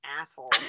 asshole